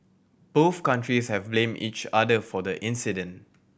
both countries have blamed each other for the incident